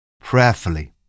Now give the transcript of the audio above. prayerfully